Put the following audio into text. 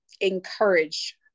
encourage